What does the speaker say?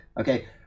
okay